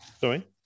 sorry